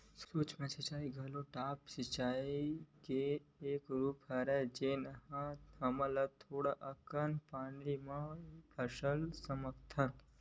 सूक्ष्म सिचई म घलोक टपक सिचई के एक रूप हरय जेन ले हमन थोड़ा अकन पानी म फसल ले सकथन